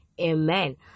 Amen